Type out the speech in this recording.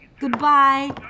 Goodbye